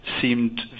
seemed